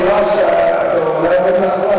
אתה אומר פה אמירה שאתה אולי עומד מאחוריה,